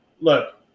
look